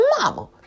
mama